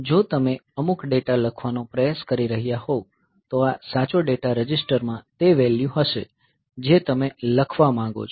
જો તમે અમુક ડેટા લખવાનો પ્રયાસ કરી રહ્યા હોવ તો આ સાચો ડેટા રજીસ્ટરમાં તે વેલ્યૂ હશે જે તમે લખવા માંગો છો